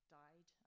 died